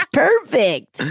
perfect